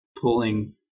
pulling